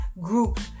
groups